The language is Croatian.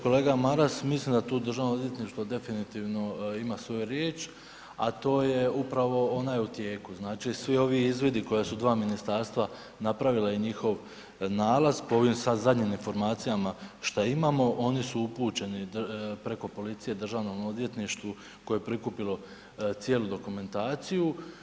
Kolega Maras, mislim da Državno odvjetništvo tu definitivno ima svoju riječ a to je upravo, ona je u tijeku, znači svi ovi izvidi koja su dva ministarstva napravila i njihov nalaz po ovim sad zadnjim informacijama šta imamo, oni su upućeni preko policije DORH-u koje je prikupilo cijelu dokumentaciju.